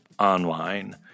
online